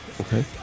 Okay